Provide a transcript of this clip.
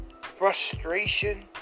frustration